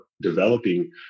developing